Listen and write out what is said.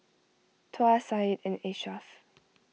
Tuah Said and Ashraff